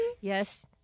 Yes